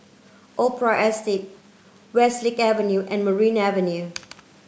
Opera Estate Westlake Avenue and Merryn Avenue